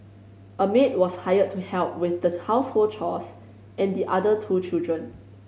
a maid was hired to help with the household chores and the other two children